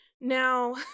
Now